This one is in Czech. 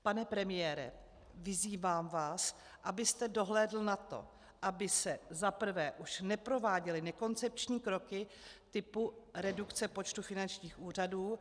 Pane premiére, vyzývám vás, abyste dohlédl na to, aby se za prvé už neprováděly nekoncepční kroky typu redukce počtu finančních úřadů.